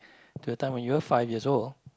to the time when you were five years old